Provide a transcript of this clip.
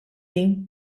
din